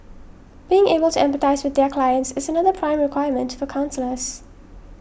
being able to empathise with their clients is another prime requirement for counsellors